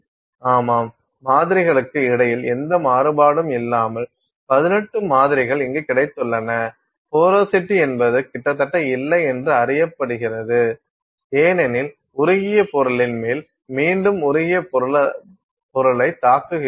ஆமாம் மாதிரிகளுக்கு இடையில் எந்த மாறுபாடும் இல்லாமல் 18 மாதிரிகள் இங்கு கிடைத்துள்ளன போரோசிட்டி என்பது கிட்டத்தட்ட இல்லை என்றும் அறியப்படுகிறது ஏனெனில் உருகிய பொருளின் மேல் மீண்டும் உருகிய பொருளைத் தாக்குகிறோம்